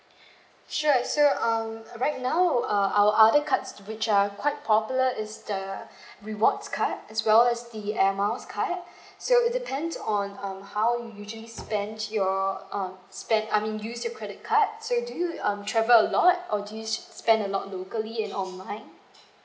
sure so um right now uh our other cards which are quite popular is the rewards card as well as the airmiles card so it depends on um how you usually spent your um spend I mean use your credit card so do you um travel a lot or do you spend a lot locally and online